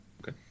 Okay